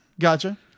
Gotcha